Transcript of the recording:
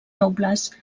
nobles